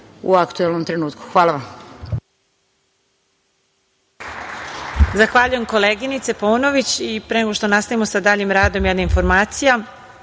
u aktuelnom trenutku. Hvala vam.